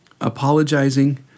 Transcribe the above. apologizing